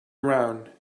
around